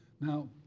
Now